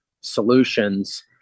solutions